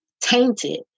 tainted